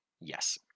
Yes